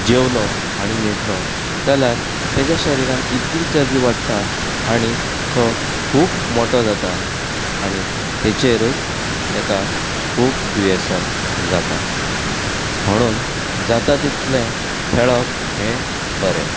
जेवलो आनी न्हिदलो जाल्यार ताज्या शरिरांत इतली चरबी वाडटा आनी तो खूब मोठो जाता आनी ताजेरच ताका खूब दुयेंसां जाता म्हणून जाता तितलें खेळप हें बरें